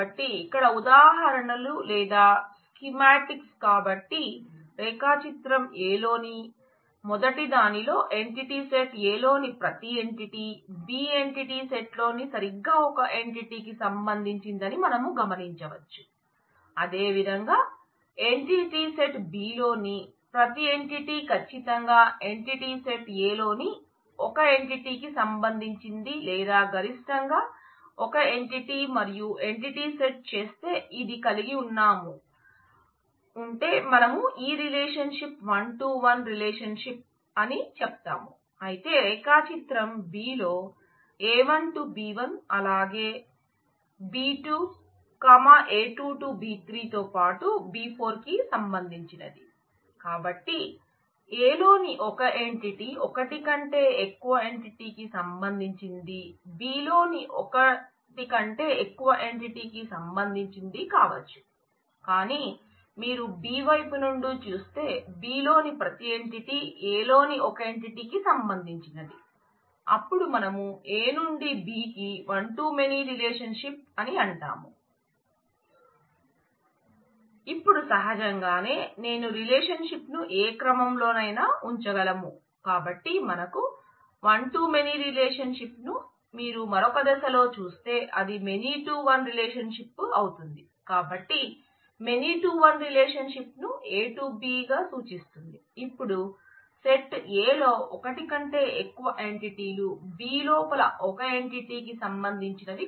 కాబట్టి ఇక్కడ ఉదాహరణలు లేదా స్కీమాటిక్స్ అని చెప్తాము అయితే రేఖాచిత్రం B లో a1 b 1 అలాగే b 2 a 2 b 3 తో పాటు b4 కి సంబంధించినది